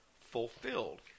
fulfilled